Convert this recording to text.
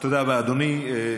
תודה רבה, אדוני.